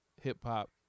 hip-hop